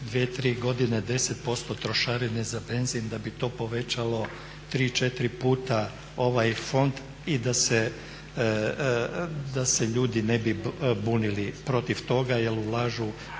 2-3 godine 10% trošarine za benzin da bi to povećalo 3-4 puta ovaj fond i da se ljudi ne bi bunili protiv toga jer ulažu